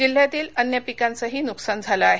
जिल्ह्यातील अन्य पिकांचही नुकसान झालं आहे